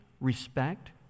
respect